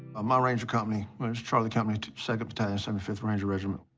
my ranger company is charlie company, second battalion, seventy fifth ranger regiment.